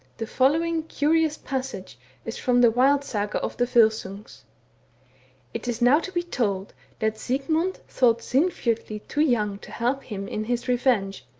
the following curious passage is from the wild saga of the volsungs it is now to be told that sigmund thought sinfjotli too young to help him in his revenge,